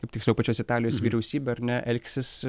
tiksliau pačios italijos vyriausybė ar ne elgsis